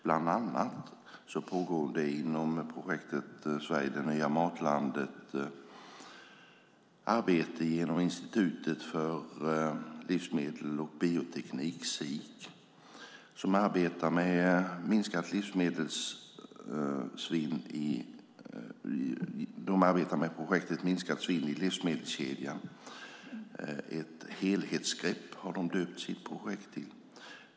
Bland annat pågår det inom projektet Sverige - det nya matlandet arbete genom Institutet för livsmedel och bioteknik, SIK, som arbetar med projektet Minskat svinn i livsmedelskedjan - ett helhetsgrepp, som de har döpt sitt projekt till.